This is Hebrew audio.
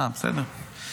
בסדר.